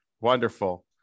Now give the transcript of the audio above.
Wonderful